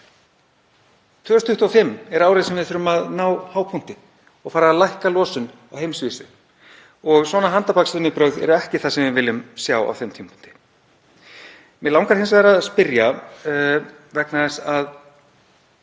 2025 er árið sem við þurfum að ná hápunkti og fara að lækka losun á heimsvísu og svona handarbakavinnubrögð eru ekki það sem við viljum sjá á þeim tímapunkti. Mig langar hins vegar að spyrja um markmið